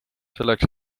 selleks